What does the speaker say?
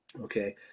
Okay